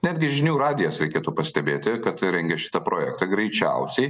netgi žinių radijas reikėtų pastebėti kad rengia šitą projektą greičiausiai